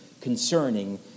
concerning